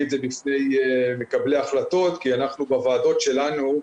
את זה בפני מקבלי ההחלטות כי בוועדות שלנו,